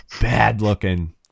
bad-looking